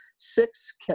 Six